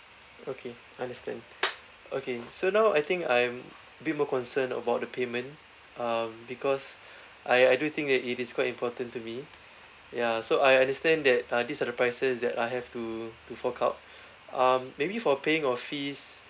okay understand okay so now I think I am a bit more concerned about the payment um because I I do think that it is quite important to me ya so I understand that uh these are the prices that I have to to fork out um maybe for paying of fees